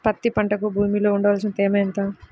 పత్తి పంటకు భూమిలో ఉండవలసిన తేమ ఎంత?